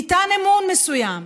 ניתן אמון מסוים,